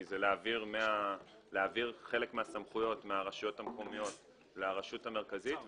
כי זה להעביר חלק מן הסמכויות מהרשויות המקומיות לרשות המרכזית,